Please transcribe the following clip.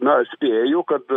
na spėju kad